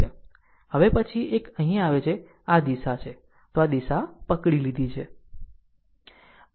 હવે પછી એક અહીં આવે છે જો આ આ દિશા છે તો આ દિશા પકડી લીધી છે